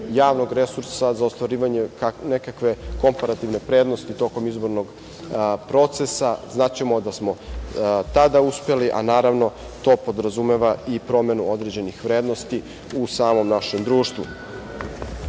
javnog resursa za ostvarivanje nekakve komparativne prednosti tokom izbornog procesa znaćemo da smo tada uspeli, a naravno to podrazumeva i promenu određenih vrednosti u samom našem društvu.Za